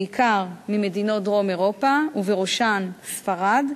בעיקר ממדינות דרום אירופה ובראשן ספרד,